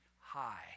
high